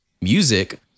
music